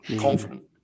Confident